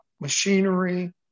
machinery